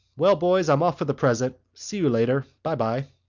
well boys, i'm off for the present. see you later. bye, bye.